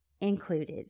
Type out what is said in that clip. included